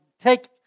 take